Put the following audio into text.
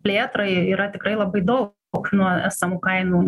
plėtrai yra tikrai labai daug nuo esamų kainų